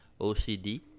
OCD